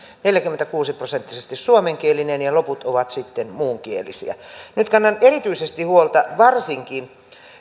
neljäkymmentäkuusi prosenttisesti suomenkielinen ja loput ovat sitten muunkielisiä nyt kannan erityisesti huolta varsinkin